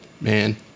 man